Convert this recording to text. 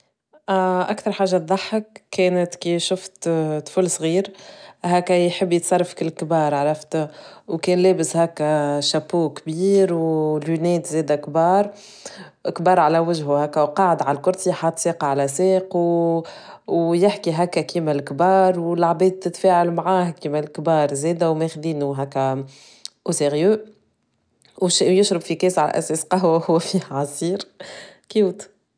أكثر حاجة تضحك كانت كي شفت طفل صغير هكا يحب يتصرف كالكبار عرفته وكان لابس هكا شابوه كبييير ورونيت زيدة كبار كبار على وجهه هكا وقعد على الكرسي حاط سيق على سيق ويحكي هكا كيما الكبار والعبيد تتفاعل معاه كيما الكبار زيدة وماخدينه هكا وسيغيو ويشرب في كاس على أساس قهوة وهو فيه عصير كيوت.